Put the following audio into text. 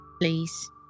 Please